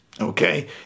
okay